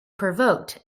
provoked